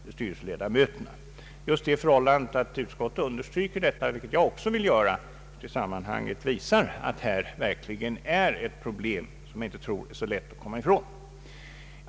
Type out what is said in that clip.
Just det förhållandet att utskottet understryker detta, vilket jag också vill göra, visar att det här verkligen finns ett problem som det inte är så lätt att komma ifrån.